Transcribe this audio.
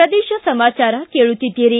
ಪ್ರದೇಶ ಸಮಾಚಾರ ಕೇಳುತ್ತೀದ್ದಿರಿ